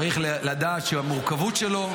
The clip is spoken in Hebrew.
צריך לדעת שהמורכבות שלו,